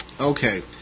Okay